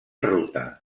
ruta